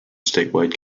statewide